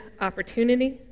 opportunity